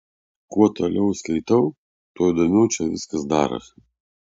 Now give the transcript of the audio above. kuo toliau skaitau tuo įdomiau čia viskas darosi